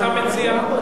מציע?